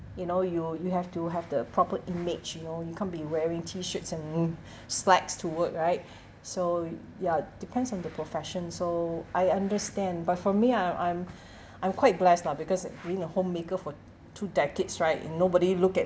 you know you you have to have the proper image you know you can't be wearing T shirts and slacks to work right so ya depends on the profession so I understand but for me I'm I'm I'm quite blessed lah because being a homemaker for two decades right and nobody look at